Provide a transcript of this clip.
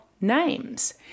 names